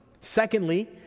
Secondly